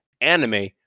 ANIME